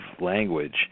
language